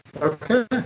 Okay